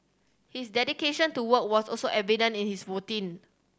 his dedication to work was also evident in his routine